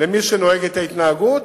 למי שנוהג אותה התנהגות,